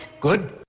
Good